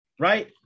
right